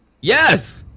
Yes